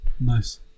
Nice